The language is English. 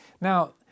Now